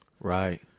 Right